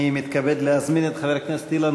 אני מתכבד להזמין את חבר הכנסת אילן